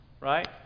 right